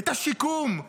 את השיקום,